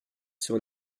sur